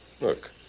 look